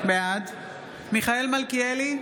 בעד מיכאל מלכיאלי,